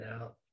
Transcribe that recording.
out